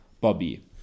Bobby